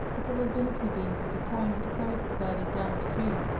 the probability being that the current had carried the body down the stream.